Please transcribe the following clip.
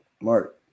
Mark